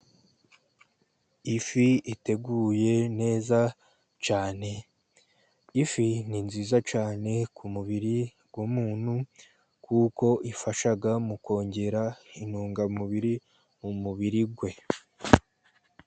Ifi iteguye neza cyane. Ifi ni nziza cyane ku mubiri w'umuntu, kuko ifasha mu kongera intungamubiri mu mubiri we.